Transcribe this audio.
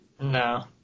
No